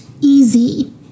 easy